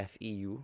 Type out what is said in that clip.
FEU